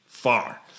far